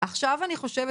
עכשיו אני חושבת,